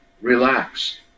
Relax